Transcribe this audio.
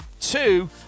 two